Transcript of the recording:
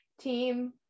team